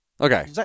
Okay